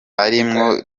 arimwo